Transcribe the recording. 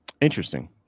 interesting